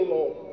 Lord